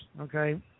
Okay